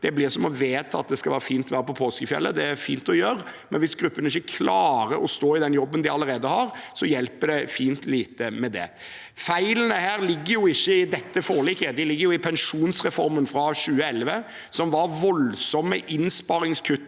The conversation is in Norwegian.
blir som å vedta at det skal være fint vær på påskefjellet. Det er fint å gjøre det, men hvis disse gruppene ikke klarer å stå i den jobben de allerede har, hjelper det fint lite. Feilen her ligger jo ikke i dette forliket, den ligger i pensjonsreformen fra 2011, som innebar voldsomme innsparingskutt